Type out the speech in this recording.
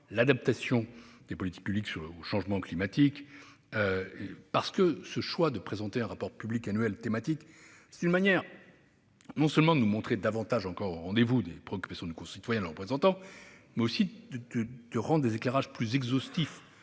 l'adaptation des politiques publiques au changement climatique. Le choix de présenter un rapport public annuel thématique est une manière non seulement de nous montrer davantage encore au rendez-vous des préoccupations de nos concitoyens et de leurs représentants, mais aussi de rendre des éclairages plus exhaustifs